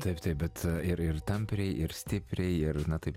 taip taip bet ir ir tampriai ir stipriai ir na taip